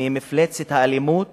ממפלצת האלימות